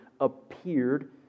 appeared